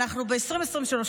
אנחנו ב-2023,